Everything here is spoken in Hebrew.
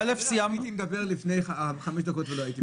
הייתי מדבר לפני חמש דקות, ולא היית פה.